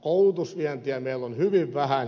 koulutusvientiä meillä on hyvin vähän